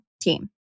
team